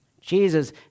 Jesus